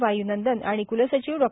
वाय्नंदन आणि क्लसचिव डॉ